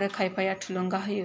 आरो खायफाया थुलुंगा होयो